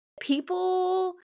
people